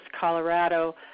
Colorado